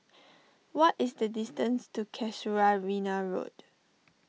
what is the distance to Casuarina Road